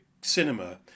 Cinema